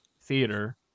theater